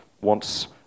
wants